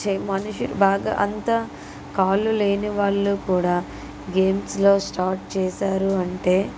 చే మనుషులు బాగా అంత కాళ్ళు లేనివాళ్ళు కూడా గేమ్స్లో స్టార్ట్ చేశారు అంటే